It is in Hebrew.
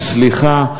מצליחה.